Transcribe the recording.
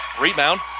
Rebound